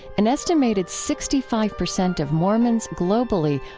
an estimated sixty five percent of mormons, globally,